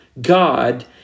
God